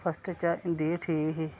first च हिंदी गै ठीक ही